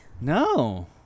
no